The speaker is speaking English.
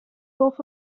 gulf